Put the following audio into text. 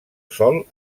sol